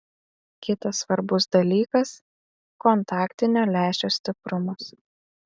kitas svarbus dalykas kontaktinio lęšio stiprumas